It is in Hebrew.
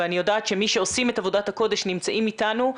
ואני יודעת שמי שעושים את עבודת הקודש נמצאים איתנו,